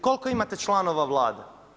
Koliko imate članova Vlade.